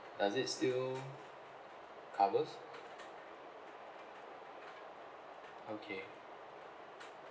does it still covers okay